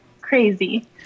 crazy